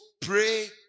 pray